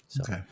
Okay